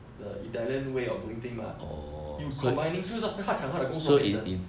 the italian way of doing things mah or you combining 就像 then 他抢他的工作变成